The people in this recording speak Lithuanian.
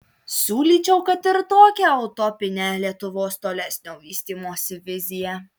siūlyčiau kad ir tokią utopinę lietuvos tolesnio vystymosi viziją